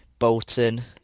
Bolton